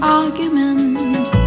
argument